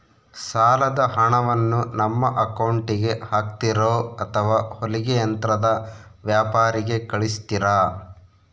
ಸಾಲದ ಹಣವನ್ನು ನಮ್ಮ ಅಕೌಂಟಿಗೆ ಹಾಕ್ತಿರೋ ಅಥವಾ ಹೊಲಿಗೆ ಯಂತ್ರದ ವ್ಯಾಪಾರಿಗೆ ಕಳಿಸ್ತಿರಾ?